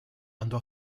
andò